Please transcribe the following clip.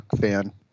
fan